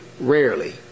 rarely